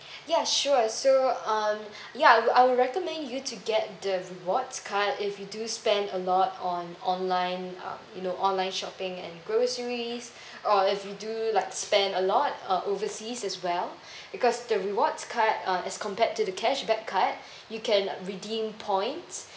ya sure so um ya I would I would recommend you to get the rewards card if you do spend a lot on online uh you know online shopping and groceries or if you do like spend a lot uh overseas as well because the rewards card uh as compared to the cashback card you can redeem points